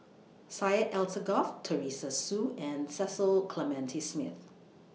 Syed Alsagoff Teresa Hsu and Cecil Clementi Smith